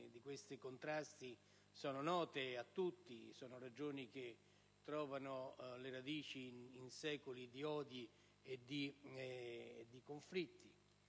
di questi contrasti sono note a tutti: sono ragioni che trovano le radici in secoli di odi e di conflitti,